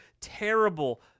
terrible